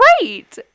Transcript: great